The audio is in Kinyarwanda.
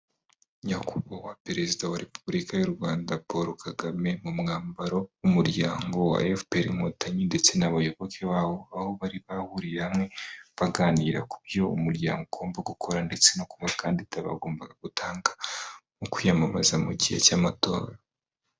Nyakubahwa perezida wa Repubulika y'u Rwanda Polo Kagame mu mwambaro w'umuryango wa Efuperi inkotanyi ndetse n'abayoboke bawo, aho bari bahuriye hamwe baganira ku byo umuryango ugomba gukora ndetse no kubakandida bagombaga gutanga mu kwiyamamaza mu gihe cy'amatora.